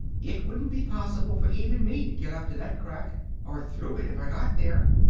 it wouldn't be possible for even me to get up to that crack or through it if i got there.